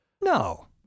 No